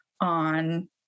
on